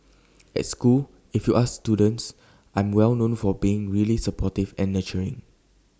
at school if you ask students I'm well known for being really supportive and nurturing